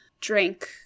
drink